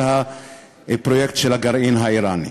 פרויקט הגרעין האיראני.